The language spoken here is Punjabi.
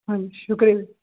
ਹਾਂਜੀ ਸ਼ੁਕਰੀਆ